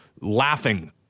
laughing